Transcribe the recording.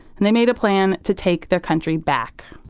and they made a plan to take their country back.